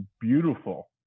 beautiful